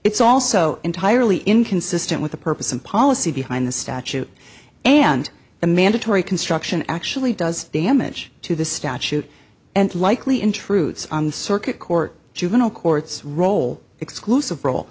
it's also entirely inconsistent with the purpose and policy behind the statute and the mandatory construction actually does damage to the statute and likely intrudes on the circuit court juvenile courts role exclusive role